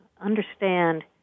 understand